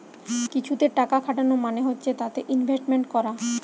কিছুতে টাকা খাটানো মানে হচ্ছে তাতে ইনভেস্টমেন্ট করা